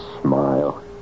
smile